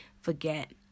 forget